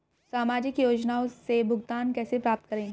सामाजिक योजनाओं से भुगतान कैसे प्राप्त करें?